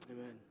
Amen